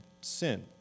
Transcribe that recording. sin